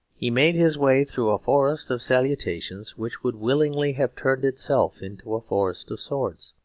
he made his way through a forest of salutations, which would willingly have turned itself into a forest of swords.